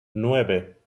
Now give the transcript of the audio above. nueve